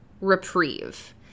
reprieve